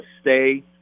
stay